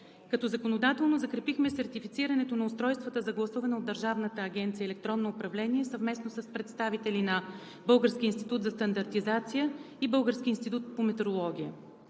като законодателно закрепихме сертифицирането на устройствата за гласуване от Държавната агенция „Електронно управление“ съвместно с представители на Българския институт за стандартизация и Българския институт по метрология,